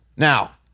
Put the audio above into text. Now